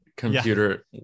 Computer